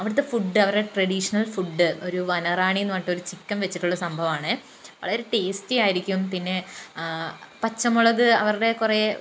അവിടത്തെ ഫുഡ് അവരുടെ traditional food ഒരു വനറാണീന്ന് പറഞ്ഞിട്ട് ഒരു ചിക്കൻ വെച്ചിട്ടുള്ള സംഭവാണ് വളരെ ടേസ്റ്റി ആയിരിക്കും പിന്നെ പച്ചമുളക് അവരുടെ കുറെ